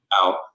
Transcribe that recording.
Out